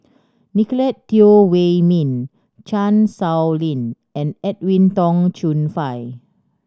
Nicolette Teo Wei Min Chan Sow Lin and Edwin Tong Chun Fai